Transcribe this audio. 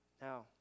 Now